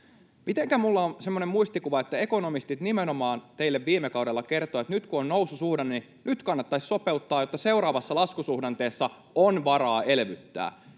Mitenkä minulla on semmoinen muistikuva, että ekonomistit nimenomaan teille viime kaudella kertoivat, että nyt kun on noususuhdanne, kannattaisi sopeuttaa, jotta seuraavassa laskusuhdanteessa on varaa elvyttää.